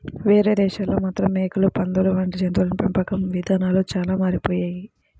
వేరే దేశాల్లో మాత్రం మేకలు, పందులు వంటి జంతువుల పెంపకం ఇదానాలు చానా మారిపోయాయి